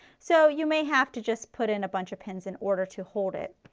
so you may have to just put in a bunch of pins in order to hold it.